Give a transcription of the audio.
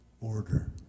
order